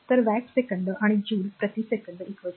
तर watt second आणि joule प्रति सेकंद वॅट